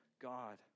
God